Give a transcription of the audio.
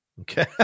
Okay